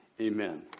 Amen